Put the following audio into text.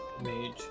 mage